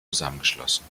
zusammengeschlossen